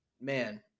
man